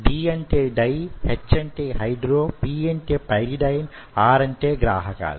D అంటే di H అంటే hydro P అంటే పైరిడైన్ R అంటే గ్రాహకాలు